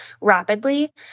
rapidly